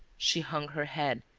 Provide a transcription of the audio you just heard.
she hung her head,